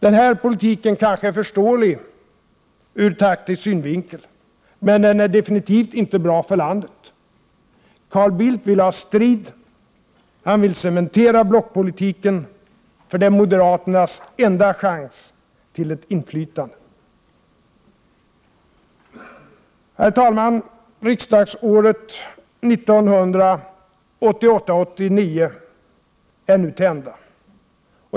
Den här politiken är kanske förståelig ut taktisk synvinkel, men den är absolut inte bra för landet. Carl Bildt vill ha strid och vill cementera blockpolitiken, för det är moderaternas enda chans till inflytande. Herr talman! Riksdagsåret 1988/89 är nu till ända.